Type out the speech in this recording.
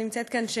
שלא נמצאת כאן,